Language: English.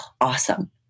awesome